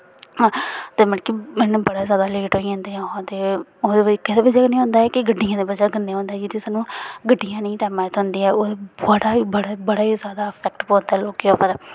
ते मतलब की बड़ा जादा लेट होई जंदे ऐ ओह् ते ओह् केह्दी बजह् कन्नै होंदा ऐ कि गड्डियें दी बजह् कन्नै होंदा ऐ की सानूं गड्डियां निं टैमा दियां थ्होंदियां ऐ ओह्दा बड़ा बड़ा बड़ा ई जादा इफेक्ट पौंदा लोकें उप्पर